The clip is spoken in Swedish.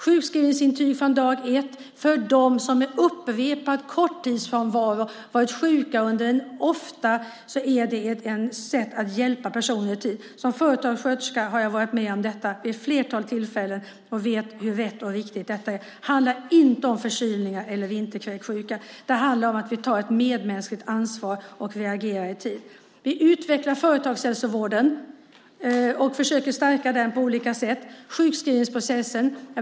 Sjukskrivningsintyg från dag ett gäller för dem som har varit sjuka ofta med upprepad korttidsfrånvaro. Det är ett sätt att hjälpa personer i tid. I mitt arbete som företagssköterska har jag varit med om detta vid ett flertal tillfällen, och jag vet hur rätt och riktigt detta är. Det handlar inte om förkylningar eller vinterkräksjuka utan det handlar om att vi tar ett medmänskligt ansvar och reagerar i tid. Vi utvecklar och stärker företagshälsovården på olika sätt. Det gäller också sjukskrivningsprocessen.